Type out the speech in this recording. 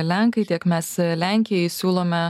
lenkai tiek mes lenkijai siūlome